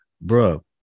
bro